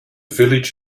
village